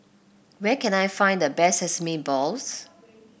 where can I find the best Sesame Balls